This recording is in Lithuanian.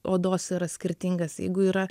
odos yra skirtingas jeigu yra